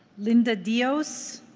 linda dios?